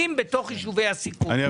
כולם הרגישו.